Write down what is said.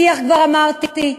כבר אמרתי,